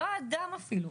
לא האדם אפילו,